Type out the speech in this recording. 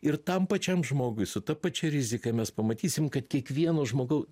ir tam pačiam žmogui su ta pačia rizika mes pamatysim kad kiekvieno žmogau